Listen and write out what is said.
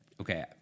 Okay